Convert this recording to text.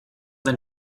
than